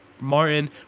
Martin